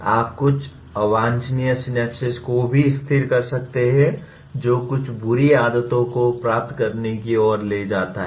आप कुछ अवांछनीय स्य्नाप्सेस को भी स्थिर कर सकते हैं जो कुछ बुरी आदतों को प्राप्त करने की ओर ले जाता है